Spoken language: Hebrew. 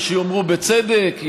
יש יאמרו בצדק,